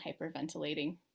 hyperventilating